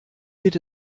geht